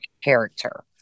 character